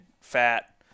fat